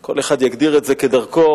כל אחד יגדיר את זה כדרכו,